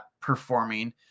performing